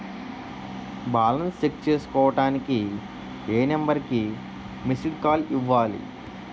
Balance check చేసుకోవటానికి ఏ number కి మిస్డ్ కాల్ ఇవ్వాలి?